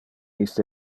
iste